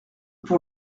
pour